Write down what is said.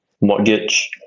mortgage